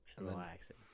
relaxing